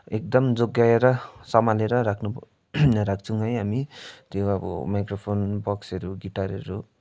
एकदम जोगाएर सम्हालेर राख्नु राख्छौँ है हामी त्यो अब माइक्रोफोन बक्सहरू गिटारहरू